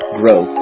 grow